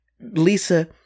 Lisa